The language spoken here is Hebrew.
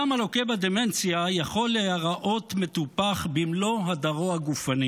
האדם הלוקה בדמנציה יכול להיראות מטופח במלוא הדרו הגופני,